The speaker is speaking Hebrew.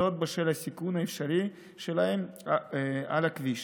בשל הסיכון האפשרי שלהם על הכביש